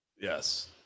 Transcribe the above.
Yes